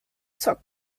zur